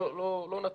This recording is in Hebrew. לא נצליח.